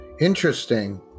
Interesting